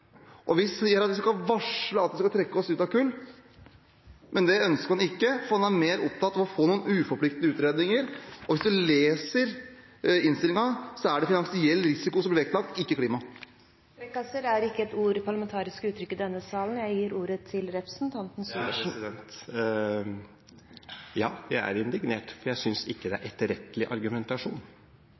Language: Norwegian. at vi skal trekke oss ut av kull? Men det ønsker man ikke, for man er mer opptatt av å få noen uforpliktende utredninger, og hvis man leser innstillingen, er det finansiell risiko som blir vektlagt, ikke klima. «Frekkaser» er ikke et parlamentarisk uttrykk. Ja, jeg er indignert, for jeg synes ikke det er etterrettelig argumentasjon. Og det kan representanten Slagsvold Vedum vite, at er det noe jeg blir indignert over, er